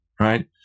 right